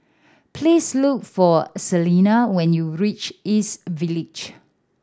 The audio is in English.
please look for Celena when you reach East Village